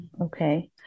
Okay